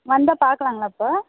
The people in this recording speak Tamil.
வந்தா பார்க்கலாங்களா இப்போ